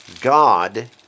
God